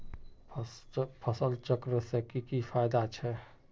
फसल चक्र से की की फायदा छे?